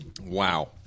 Wow